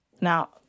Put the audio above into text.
Now